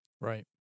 Right